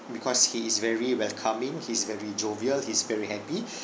because he is very welcoming he's very jovial he's very happy